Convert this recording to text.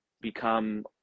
become